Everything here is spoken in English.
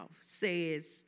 says